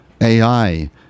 AI